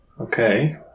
Okay